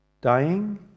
dying